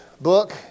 book